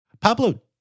Pablo